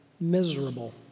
miserable